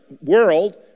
world